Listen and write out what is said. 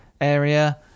area